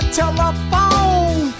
telephone